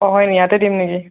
অঁ হয়নি ইয়াতে দিম নিকি